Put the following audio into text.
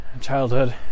childhood